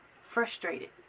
frustrated